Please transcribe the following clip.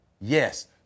Yes